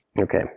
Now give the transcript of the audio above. Okay